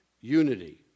unity